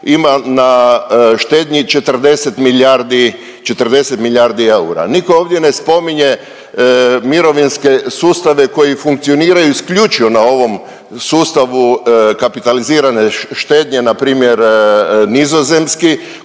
ima na štednji 40 milijardi eura. Nitko ovdje ne spominje mirovinske sustave koji funkcioniraju isključivo na ovom sustavu kapitalizirane štednje na primjer nizozemski